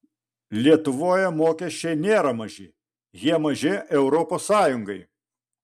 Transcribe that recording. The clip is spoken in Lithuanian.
lietuvoje mokesčiai nėra maži jie maži europos sąjungai